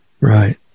Right